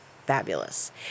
fabulous